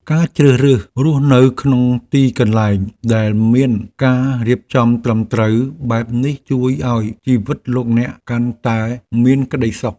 ការជ្រើសរើសរស់នៅក្នុងទីកន្លែងដែលមានការរៀបចំត្រឹមត្រូវបែបនេះជួយឱ្យជីវិតលោកអ្នកកាន់តែមានក្តីសុខ។